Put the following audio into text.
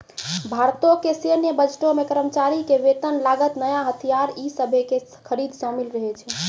भारतो के सैन्य बजटो मे कर्मचारी के वेतन, लागत, नया हथियार इ सभे के खरीद शामिल रहै छै